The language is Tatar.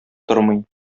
тормый